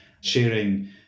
sharing